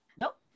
Nope